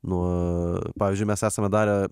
nuo pavyzdžiui mes esame darę